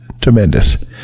tremendous